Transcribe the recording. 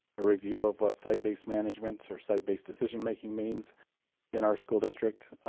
a review of what site-based management or site-based decision-making means in our school district.